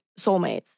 soulmates